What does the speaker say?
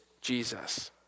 Jesus